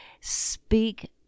speak